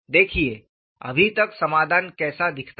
देखिए अभी तक समाधान कैसा दिखता है